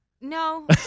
no